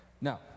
Now